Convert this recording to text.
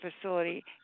facility